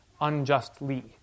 unjustly